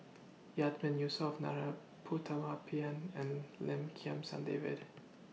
Yatiman Yusof Putumaippittan and Lim Kim San David